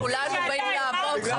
כולנו באים לעבוד.